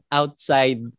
outside